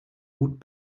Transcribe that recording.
gut